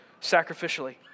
sacrificially